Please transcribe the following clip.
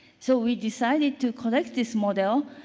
so, we decided to collect this model,